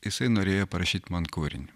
jisai norėjo parašyt man kūrinį